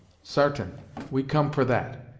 sartain we come for that,